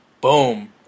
Boom